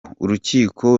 urukiko